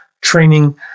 training